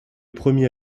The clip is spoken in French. premier